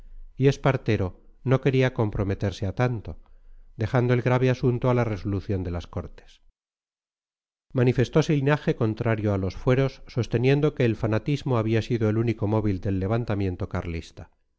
y espartero no quería comprometerse a tanto dejando el grave asunto a la resolución de las cortes manifestose linaje contrario a los fueros sosteniendo que el fanatismo había sido el único móvil del levantamiento carlista